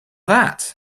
that